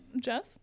Jess